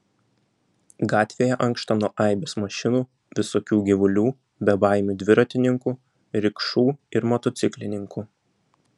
gatvėje ankšta nuo aibės mašinų visokių gyvulių bebaimių dviratininkų rikšų ir motociklininkų